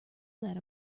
that